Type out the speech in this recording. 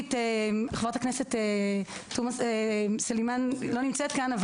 חברת הכנסת תומא סלימאן לא נמצאת כאן,